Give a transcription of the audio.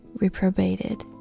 reprobated